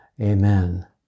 Amen